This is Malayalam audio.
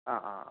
ആ ആ